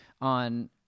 on